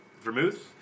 vermouth